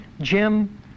Jim